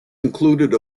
included